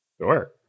Sure